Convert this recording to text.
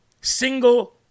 single